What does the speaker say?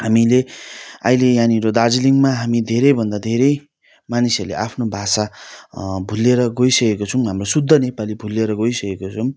हामीले अहिले यहाँनिर दार्जिलिङमा हामी धेरैभन्दा धेरै मानिसहरूले आफ्नो भाषा भुलेर गइसकेको छौँ हाम्रो शुद्ध नेपाली भुलेर गइसकेको छौँ